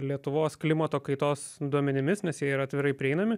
lietuvos klimato kaitos duomenimis nes jie yra atvirai prieinami